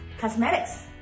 Cosmetics